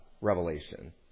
revelation